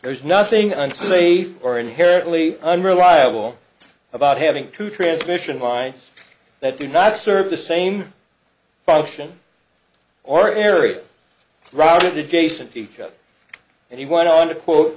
there's nothing unsafe or inherently unreliable about having to transmission lines that do not serve the same function or area routed adjacent to each other and he went on to quote